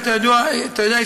אתה יודע,